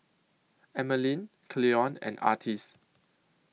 Emmaline Cleon and Artis